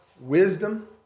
wisdom